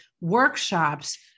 workshops